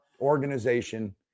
organization